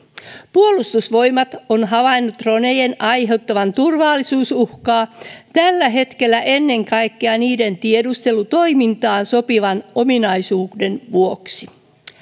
puolustusvoimat on havainnut dronejen aiheuttavan turvallisuusuhkaa tällä hetkellä ennen kaikkea niiden tiedustelutoimintaan sopivan ominaisuuden vuoksi